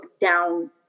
down